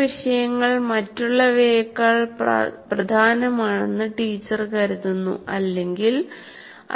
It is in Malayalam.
ചില വിഷയങ്ങൾ മറ്റുള്ളവയേക്കാൾ പ്രധാനമാണെന്ന് ടീച്ചർ കരുതുന്നു അല്ലെങ്കിൽ